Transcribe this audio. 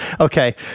Okay